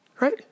right